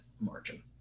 margin